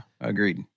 agreed